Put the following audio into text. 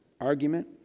argument